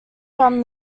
from